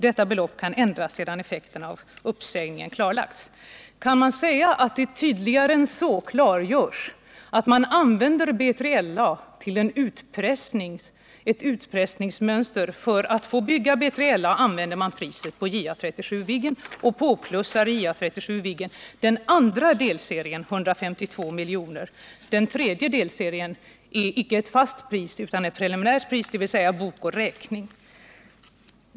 Detta belopp kan ändras sedan effekterna av uppsägningarna klarlagts.” Kan det tydligare än så klargöras att man använder B3LA i ett utpressningsmönster? För att få bygga B3LA använder man priset på JA 37 Viggen och plussar på den andra delserien 152 milj.kr. Den tredje delserien innebär icke ett fast pris utan ett preliminärt pris, dvs. ”bok och räkning”.